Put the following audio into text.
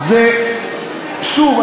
שוב,